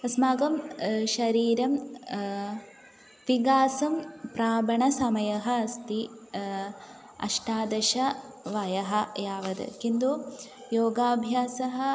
अस्माकं शरीरं तिगासं प्रापणसमयः अस्ति अष्टादश वयः यावद् किन्तु योगाभ्यासः